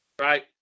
Right